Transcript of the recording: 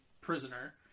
prisoner